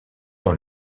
dans